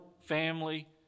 family